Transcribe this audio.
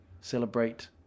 celebrate